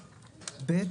(ב)